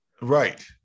right